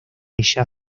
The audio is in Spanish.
ella